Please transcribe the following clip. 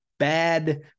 Bad